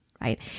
Right